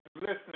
listening